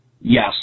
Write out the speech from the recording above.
Yes